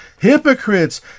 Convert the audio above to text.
Hypocrites